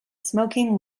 smoking